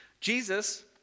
Jesus